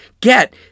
get